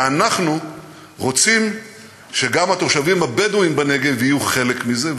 ואנחנו רוצים שגם התושבים הבדואים בנגב יהיו חלק מזה,